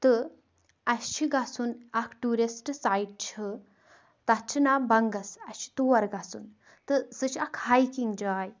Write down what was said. تہٕ اَسہِ چھِ گژھُن اَکھ ٹوٗرِسٹ سایٹ چھِ تَتھ چھِ ناو بنٛگَس اَسہِ چھِ تور گژھُن تہٕ سُہ چھِ اَکھ ہایکِنٛگ جاے